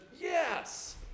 yes